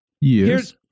Yes